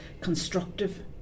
constructive